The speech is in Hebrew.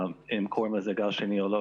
אם קוראים לזה גל שני או לא,